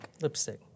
Lipstick